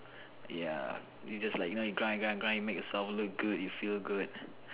ya you just like you know you grind grind grind you make yourself look good you feel good